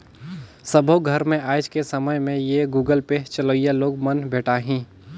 सबो घर मे आएज के समय में ये गुगल पे चलोइया लोग मन भेंटाहि